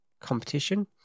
competition